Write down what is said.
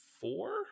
four